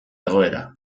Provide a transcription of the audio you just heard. egoera